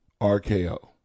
RKO